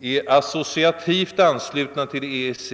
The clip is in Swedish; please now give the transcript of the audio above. är associativt anslutna till EEC.